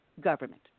government